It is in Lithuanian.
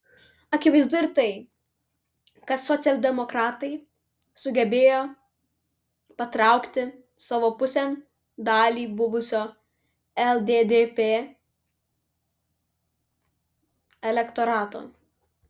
akivaizdu ir tai kad socialdemokratai sugebėjo patraukti savo pusėn dalį buvusio lddp elektorato